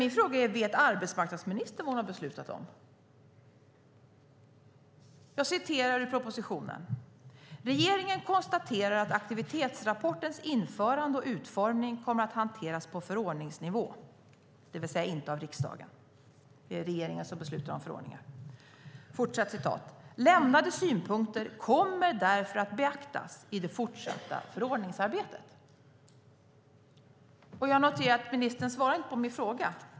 Min fråga är: Vet arbetsmarknadsministern vad hon har beslutat om? Jag citerar ur propositionen: "Regeringen konstaterar att aktivitetsrapportens införande och utformning kommer att hanteras på förordningsnivå." Det innebär att den inte kommer att hanteras av riksdagen; det är regeringen som beslutar om förordningar. "Lämnade synpunkter kommer därför att beaktas i det fortsatta förordningsarbetet." Jag noterar att ministern inte svarade på min fråga.